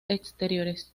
exteriores